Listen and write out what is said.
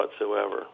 whatsoever